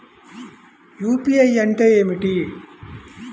UPI అంటే ఏమిటి?